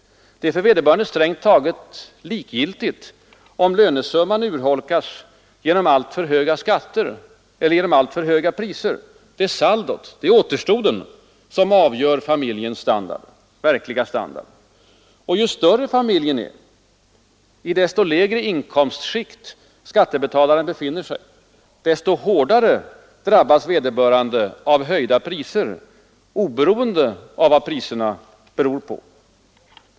Det är för vederbörande strängt taget likgiltigt om lönesumman urholkas genom alltför höga skatter eller genom alltför höga priser. Det är saldot — återstoden — som avgör familjens verkliga standard. Och ju större familjen är, i ju lägre inkomstskikt skattebetalaren befinner sig, desto hårdare drabbas vederbörande av höjda priser oberoende av vad de beror på.